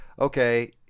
Okay